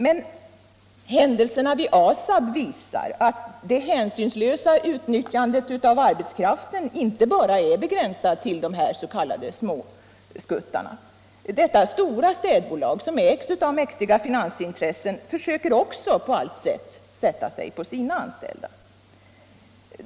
Men händelserna vid ASAB visar att det hänsynslösa utnyttjandet av arbetskraften inte är begränsat bara till de s.k. småskuttarna. Detta stora städbolag, som ägs av mäktiga finansintressen, försöker också på alla vis att sätta sig på sina anställda.